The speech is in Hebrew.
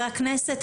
חברי כנסת,